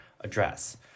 address